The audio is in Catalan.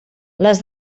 les